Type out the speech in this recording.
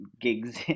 gigs